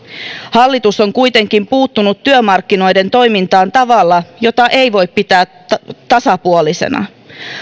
hallitus on kuitenkin puuttunut työmarkkinoiden toimintaan tavalla jota ei voi pitää tasapuolisena